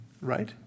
right